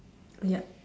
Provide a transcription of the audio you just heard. yup